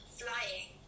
flying